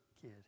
kid